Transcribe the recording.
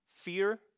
Fear